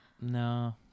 No